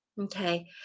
okay